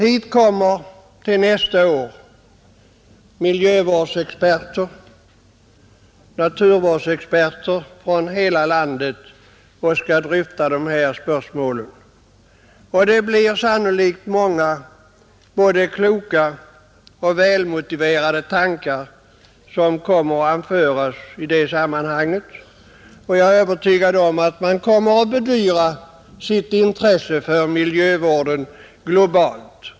Hit kommer nästa år miljövårdsexperter och naturvårdsexperter från hela världen för att dryfta dessa spörsmål, och i det sammanhanget kommer sannolikt många kloka och väl underbyggda tankar att framföras. Jag är övertygad om att man kommer att bedyra sitt intresse för miljövården globalt.